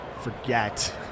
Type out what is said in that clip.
forget